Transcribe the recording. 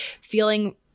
feeling